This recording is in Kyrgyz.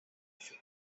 иши